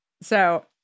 So-